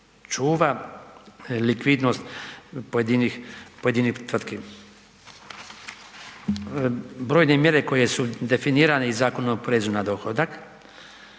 čuva likvidnost pojedinih tvrtki. Brojne mjere koje su definirane i Zakonom o porezu na dohodak,